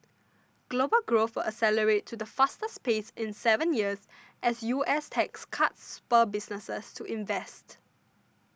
global growth will accelerate to the fastest pace in seven years as U S tax cuts spur businesses to invest